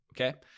Okay